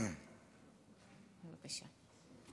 בבקשה.